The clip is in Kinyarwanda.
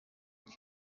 uko